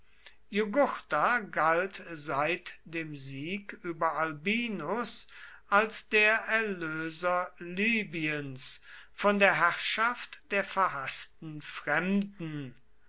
jugurtha galt seit dem sieg über albinus als der erlöser libyens von der herrschaft der verhaßten fremden